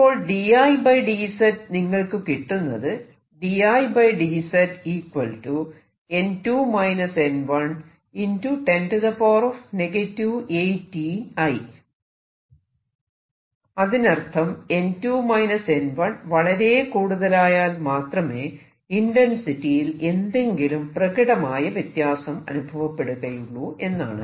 ഇപ്പോൾ d I dz നിങ്ങൾക്ക് കിട്ടുന്നത് അതിനർത്ഥം വളരെ കൂടുതലായാൽ മാത്രമേ ഇന്റെൻസിറ്റിയിൽ എന്തെങ്കിലും പ്രകടമായ വ്യത്യാസം അനുഭവപ്പെടുകയുള്ളൂ എന്നാണ്